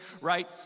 right